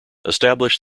established